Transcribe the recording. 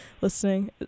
listening